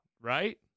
right